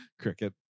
Cricket